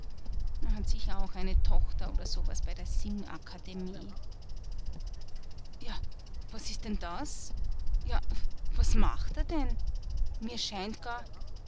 hat sicher auch eine tochter oder so was bei der singakademie ja was ist denn das ja was macht er denn mir scheint gar